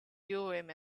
urim